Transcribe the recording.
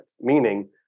Meaning